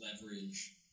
leverage